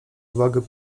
uwagę